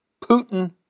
Putin